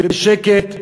בשקט: